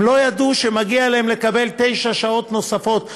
הם לא ידעו שמגיע להם לקבל תשע שעות נוספות.